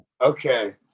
Okay